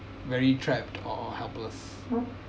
very trapped or helpless